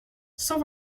cent